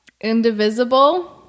Indivisible